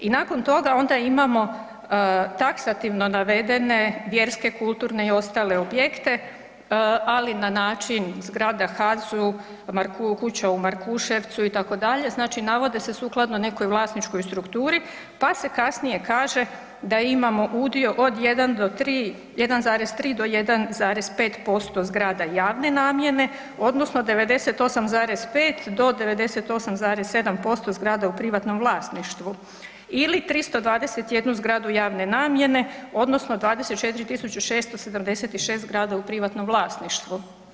I nakon toga onda imamo taksativno navedene vjerske, kulturne i ostale objekte, ali na način zgrada HAZU, kuća u Markuševcu itd., znači navode se sukladno nekoj vlasničkoj strukturi pa se kasnije kaže da imamo udio od 1 do 3, 1,3 do 1,5% zgrada javne namjene odnosno 98,5 do 98,7% zgrada u privatnom vlasništvu ili 321 zgradu javne namjene odnosno 24.676 zgrada u privatnom vlasništvu.